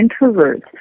introverts